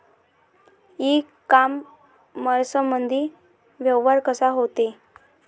इ कामर्समंदी व्यवहार कसा होते?